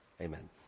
Amen